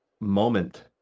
moment